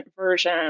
version